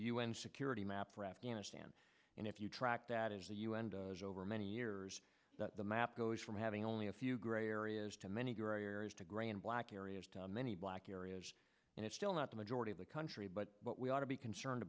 un security map for afghanistan and if you track that is the u n does over many years the map goes from having only a few gray areas to many of your areas to gray and black areas to many black areas and it's still not the majority of the country but what we ought to be concerned